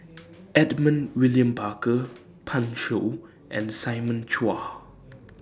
Edmund William Barker Pan Shou and Simon Chua